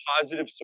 positive